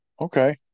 Okay